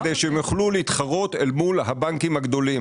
כדי הם יוכלו להתחרות אל מול הבנקים הגדולים.